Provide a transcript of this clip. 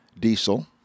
diesel